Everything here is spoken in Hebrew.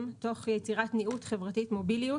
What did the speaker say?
תוך יצירת ניעות חברתית (מוביליות),